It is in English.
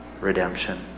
redemption